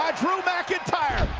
ah drew mcintyre.